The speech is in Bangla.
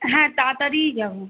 হ্যাঁ তাড়াতাড়িই যাবো